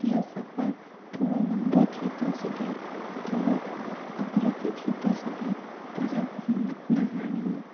इहो सफ़रु थोरो लंबो थी थो सघे थोरो अघिरो बि थी थो सघे पर हिमत न हारणी आहे